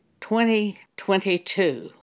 2022